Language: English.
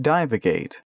Divagate